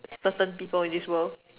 percent people in this world